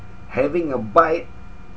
having a bite